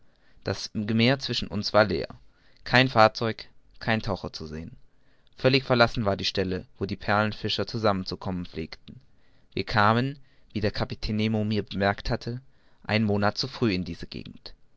das meer zwischen uns war leer kein fahrzeug kein taucher zu sehen völlig verlassen war die stelle wo die perlenfischer zusammen zu kommen pflegten wir kamen wie der kapitän nemo mir bemerkt hatte einen monat zu früh in diese gegend